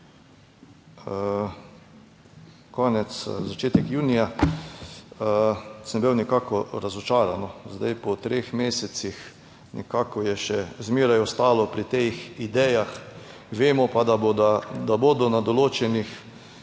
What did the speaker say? konec začetek junija, sem bil nekako razočaran; zdaj po treh mesecih nekako je še zmeraj ostalo pri teh idejah, vemo pa, da bodo na določenih,